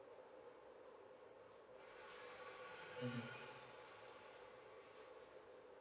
mm (huh)